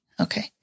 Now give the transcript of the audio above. Okay